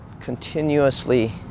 continuously